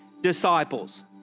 disciples